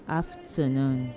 afternoon